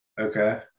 okay